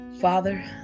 Father